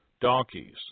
donkeys